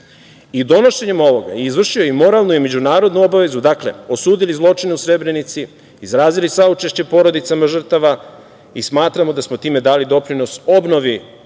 Donošenjem ovoga izvršio je i moralnu i međunarodnu obavezu, dakle, osudili zločine u Srebrenici, izrazili saučešće porodicama žrtava i smatramo da smo time dali doprinos obnovi